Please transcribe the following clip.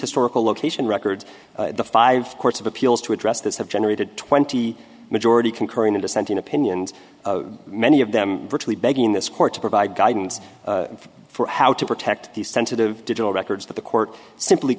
historical location records the five courts of appeals to address this have generated twenty majority concurring a dissenting opinions many of them virtually begging this court to provide guidance for how to protect the sensitive digital records that the court simply